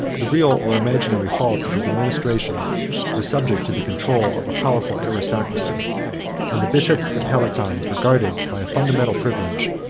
the real or imaginary faults of his administration were subject to the control of a powerful aristocracy and the bishops and palatines were guarded by a fundamental privilege,